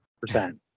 Percent